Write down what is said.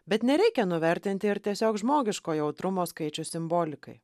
bet nereikia nuvertinti ir tiesiog žmogiško jautrumo skaičių simbolikai